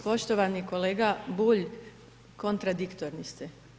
Poštovani kolega Bulj, kontradiktorni ste.